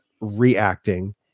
reacting